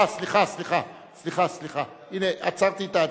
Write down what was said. אה, סליחה, סליחה, הנה, עצרתי את ההצבעה.